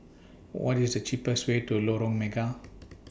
What IS The cheapest Way to Lorong Mega